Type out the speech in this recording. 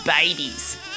babies